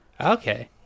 Okay